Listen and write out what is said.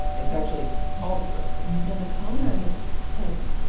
it's actually called the breakdown then the con artist says,